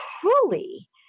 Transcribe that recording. truly